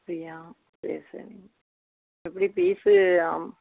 அப்படியா சரி சரி எப்படி ஃபீஸ்ஸு